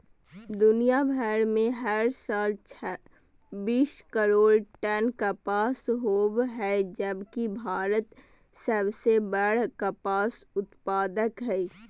दुनियां भर में हर साल छब्बीस करोड़ टन कपास होव हई जबकि भारत सबसे बड़ कपास उत्पादक हई